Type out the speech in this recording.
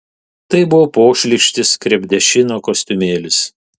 tai buvo pošlykštis krepdešino kostiumėlis